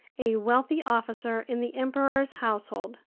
a wealthy officer in the emperor's household.